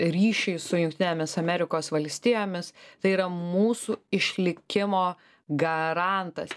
ryšiai su jungtinėmis amerikos valstijomis tai yra mūsų išlikimo garantas